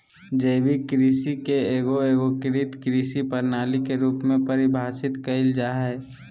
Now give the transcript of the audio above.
जैविक कृषि के एगो एगोकृत कृषि प्रणाली के रूप में परिभाषित कइल जा हइ